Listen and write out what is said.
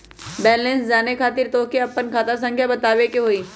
Balance जाने खातिर तोह के आपन खाता संख्या बतावे के होइ?